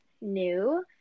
new